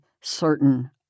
certain